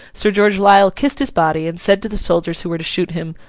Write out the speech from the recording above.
sir george lisle kissed his body, and said to the soldiers who were to shoot him,